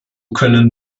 können